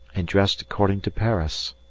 and dressed according to paris.